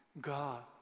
God